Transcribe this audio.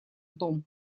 дом